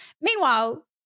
Meanwhile